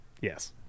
Yes